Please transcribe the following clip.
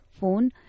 Phone